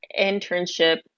internship